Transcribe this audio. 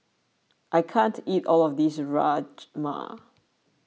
I can't eat all of this Rajma